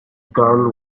girl